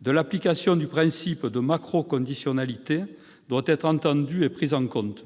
de l'application du principe de macro-conditionnalité doit être entendu et pris en compte.